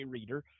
Reader